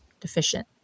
Deficient